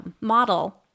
model